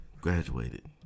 graduated